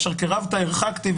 את אשר קרבת רחקתי.